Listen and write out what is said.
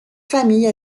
famille